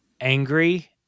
Angry